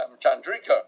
Chandrika